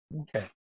Okay